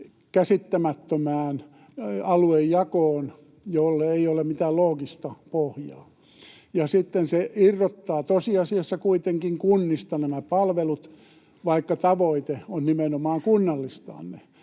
käsittämättömään aluejakoon, jolle ei ole mitään loogista pohjaa, ja sitten se irrottaa tosiasiassa kuitenkin kunnista nämä palvelut, vaikka tavoite on nimenomaan kunnallistaa ne.